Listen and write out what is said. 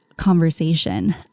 conversation